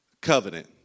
covenant